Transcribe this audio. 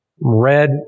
red